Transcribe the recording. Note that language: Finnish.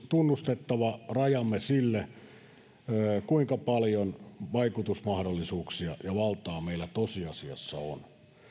tunnustettava rajamme sille kuinka paljon vaikutusmahdollisuuksia ja valtaa meillä tosiasiassa on